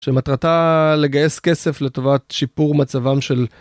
שמטרתה לגייס כסף לטובת שיפור מצבם של...